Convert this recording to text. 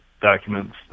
documents